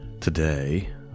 Today